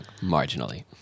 marginally